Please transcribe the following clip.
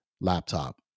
laptop